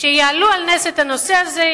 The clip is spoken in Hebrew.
שיעלו על נס את הנושא הזה,